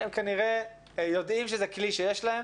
שהם כנראה יודעים שזה כלי שיש להם,